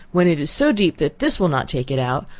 when it is so deep that this will not take it out,